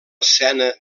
escena